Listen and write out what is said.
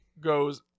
goes